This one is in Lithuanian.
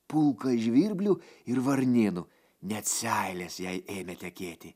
pulką žvirblių ir varnėnų net seilės jai ėmė tekėti